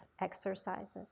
exercises